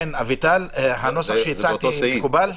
אביטל, הנוסח שהצעתי מקובל?